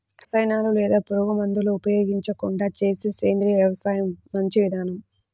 రసాయనాలు లేదా పురుగుమందులు ఉపయోగించకుండా చేసే సేంద్రియ వ్యవసాయం మంచి విధానం